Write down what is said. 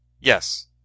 Yes